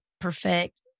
perfect